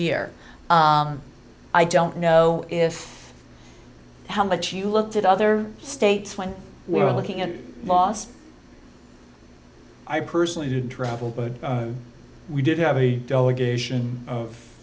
year i don't know if how much you looked at other states when we were looking at last i personally didn't travel but we did have a delegation of